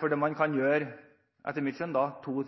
for man kan – etter mitt skjønn – gjøre to